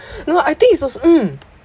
no I think it's also mm